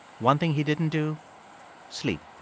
one thing he didn't do sleep.